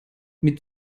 mit